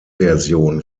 version